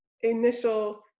initial